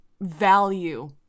value